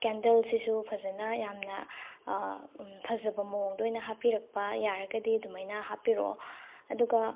ꯀꯦꯟꯗꯜꯁꯤꯁꯨ ꯐꯖꯅ ꯌꯥꯝꯅ ꯐꯖꯕ ꯃꯑꯣꯡꯗ ꯑꯣꯏꯅ ꯍꯥꯞꯄꯤꯔꯛꯄ ꯌꯥꯔꯒꯗꯤ ꯑꯗꯨꯃꯥꯏꯅ ꯍꯥꯞꯄꯤꯔꯛꯑꯣ ꯑꯗꯨꯒ